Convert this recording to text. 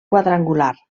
quadrangular